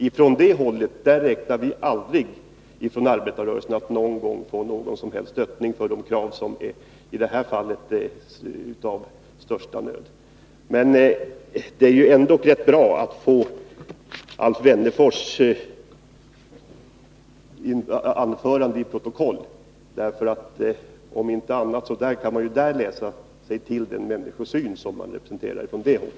Ifrån Alf Wennerfors håll räknar arbetarrörelsen aldrig med att få något stöd för sina krav — som i detta fall är högst angelägna. Det är ändå bra att få in Alf Wennerfors anförande i protokollet. Om inte på annat ställe kan man där märka den människosyn som finns på moderat håll.